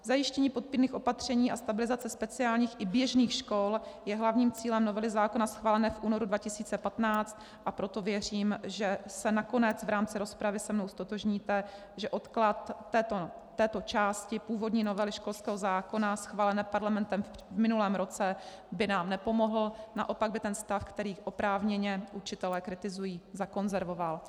Zajištění podpůrných opatření a stabilizace speciálních i běžných škol je hlavním cílem novely zákona schválené v únoru 2015, a proto věřím, že se nakonec v rámci rozpravy se mnou ztotožníte, že odklad této části původní novely školského zákona schválené parlamentem v minulém roce by nám nepomohl, naopak by ten stav, který oprávněně učitelé kritizují, zakonzervoval.